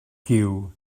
giw